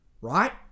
right